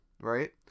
right